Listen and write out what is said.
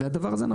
והדבר הזה,